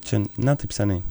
čia ne taip seniai